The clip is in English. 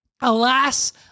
Alas